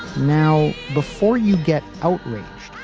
now, before you get outraged,